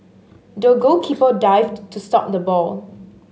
the goalkeeper dived to stop the ball